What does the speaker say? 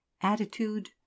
Attitude